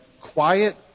quiet